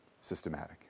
systematic